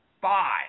five